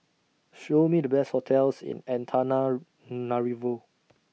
Show Me The Best hotels in Antananarivo